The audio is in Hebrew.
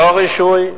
רישוי,